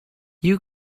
you